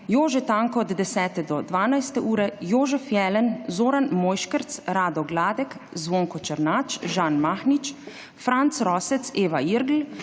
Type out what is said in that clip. Jože Tanko od 10. do 12. ure, Jožef Jelen, Zoran Mojškerc, Rado Gladek, Zvonko Černač, Žan Mahnič, Franc Rosec, Eva Irgl,